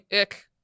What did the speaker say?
ick